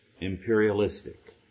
imperialistic